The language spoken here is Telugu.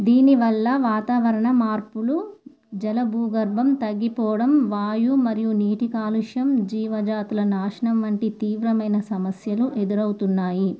దీనివల్ల వాతావరణ మార్పులు జలభూగర్భం తగ్గిపోవడం వాయు మరియు నీటి కాలుష్యం జీవజాతుల నాశనం వంటి తీవ్రమైన సమస్యలు ఎదురవుతున్నాయి